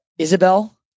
Isabel